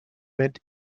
meant